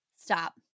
Stop